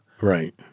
Right